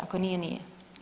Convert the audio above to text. Ako nije, nije.